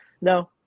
no